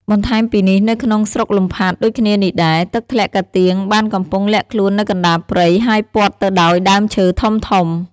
បន្ថែមពីនេះនៅក្នុងស្រុកលំផាត់ដូចគ្នានេះដែរ ទឹកធ្លាក់ការទៀងបានកំពុងលាក់ខ្លួននៅកណ្ដាលព្រៃ ហើយព័ទ្ធទៅដោយដើមឈើធំៗ។